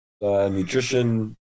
nutrition